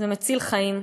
זה מציל חיים,